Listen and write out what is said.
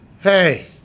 Hey